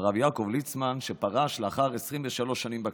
הרב יעקב ליצמן, שפרש לאחר 23 שנים בכנסת.